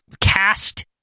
cast